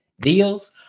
deals